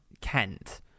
Kent